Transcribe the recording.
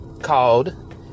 called